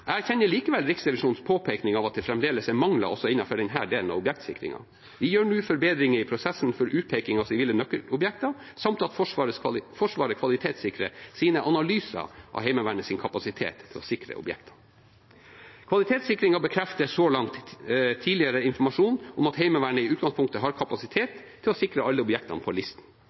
Jeg erkjenner likevel Riksrevisjonens påpekning av at det fremdeles er mangler også innenfor denne delen av objektsikringen. Vi gjør nå forbedringer i prosessen for utpeking av sivile nøkkelobjekter, og Forsvaret kvalitetssikrer sine analyser av Heimevernets kapasitet til å sikre objektene. Kvalitetssikringen bekrefter så langt tidligere informasjon om at Heimevernet i utgangspunktet har kapasitet til å sikre alle objektene på listen.